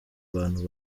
bantu